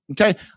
okay